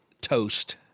toast